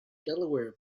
delaware